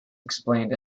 explained